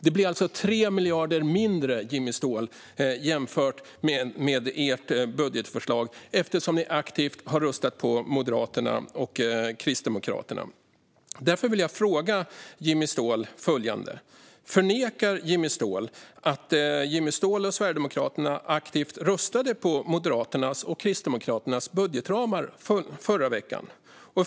Det blir alltså 3 miljarder mindre, Jimmy Ståhl, jämfört med ert budgetförslag eftersom ni aktivt har röstat på Moderaternas och Kristdemokraternas budget. Därför vill jag fråga Jimmy Ståhl följande: Förnekar Jimmy Ståhl att Jimmy Ståhl och Sverigedemokraterna aktivt röstade på Moderaternas och Kristdemokraternas budgetramar förra veckan?